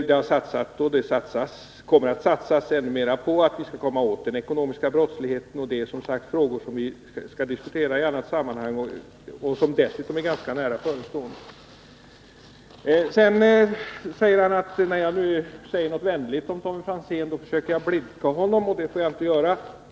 Det har satsats och kommer att satsas ännu mer på att vi skall komma åt den ekonomiska brottsligheten. Det är, som sagt, frågor som vi skall diskutera i annat sammanhang — diskussioner som dessutom är ganska nära förestående. Sedan säger Tommy Franzén att jag, när jag säger något vänligt, försöker blidka honom — och det får jag inte göra.